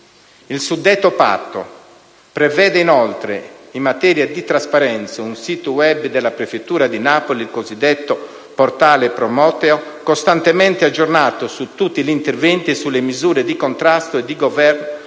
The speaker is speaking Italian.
Il suddetto patto prevede, inoltre, in materia di trasparenza, sul sito *web* della prefettura di Napoli, il cosiddetto portale «Prometeo», costantemente aggiornato su tutti gli interventi e sulle misure di contrasto e di governo